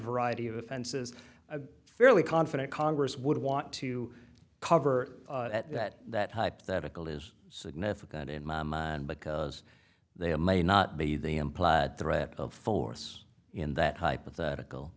variety of offenses a fairly confident congress would want to cover at that hypothetical is significant in my mind because they may not be the implied threat of force in that hypothetical